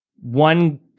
one